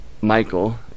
Michael